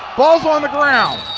ball's on the ground.